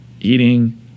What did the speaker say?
eating